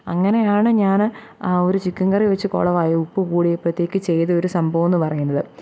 അങ്ങനെയാണ് ഞാൻ ഒരു ചിക്കൻ കറി വെച്ച് കൊളമായി ഉപ്പു കൂടിയപ്പോഴത്തേക്കും ചെയ്ത ഒരു സംഭവം എന്നു പറയുന്നത്